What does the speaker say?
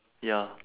ya